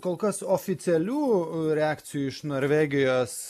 kol kas oficialių reakcijų iš norvegijos